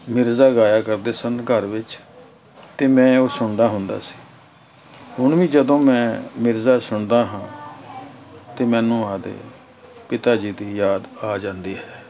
ਮਿਰਜ਼ਾ ਗਾਇਆ ਕਰਦੇ ਸਨ ਘਰ ਵਿੱਚ ਅਤੇ ਮੈਂ ਉਹ ਸੁਣਦਾ ਹੁੰਦਾ ਸੀ ਹੁਣ ਵੀ ਜਦੋਂ ਮੈਂ ਮਿਰਜ਼ਾ ਸੁਣਦਾ ਹਾਂ ਤਾਂ ਮੈਨੂੰ ਆਪਣੇ ਪਿਤਾ ਜੀ ਦੀ ਯਾਦ ਆ ਜਾਂਦੀ ਹੈ